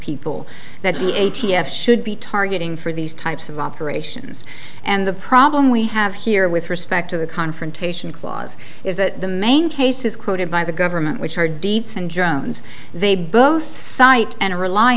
people that he a t f should be targeting for these types of operations and the problem we have here with respect to the confrontation clause is that the main cases quoted by the government which are deeds and jones they both cite and rely